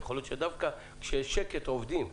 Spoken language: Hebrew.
יכול להיות שדווקא כאשר יש שקט עובדים.